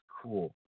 cool